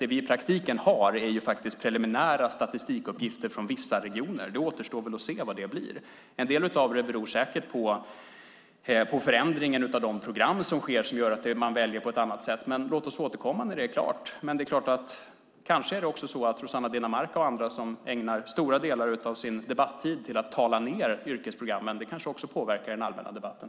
Det vi i praktiken har är preliminära statistikuppgifter från vissa regioner. Det återstår att se vad det blir. En del av detta beror säkert på förändringen av programmen, som gör att man väljer på ett annat sätt. Men låt oss återkomma när det är klart. Rossana Dinamarca och andra ägnar stora delar av sin debattid åt att tala ned yrkesprogrammen. Det kanske också påverkar den allmänna debatten.